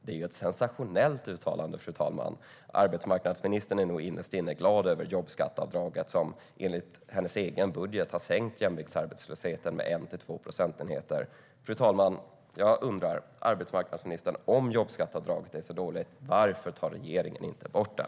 Det är ett sensationellt uttalande, fru talman. Arbetsmarknadsministern är nog innerst inne glad över jobbskatteavdraget som, enligt hennes egen budget, har sänkt jämviktsarbetslösheten med 1-2 procentenheter. Jag undrar, arbetsmarknadsministern: Om jobbskatteavdraget är så dåligt, varför tar regeringen inte bort det?